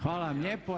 Hvala vam lijepo.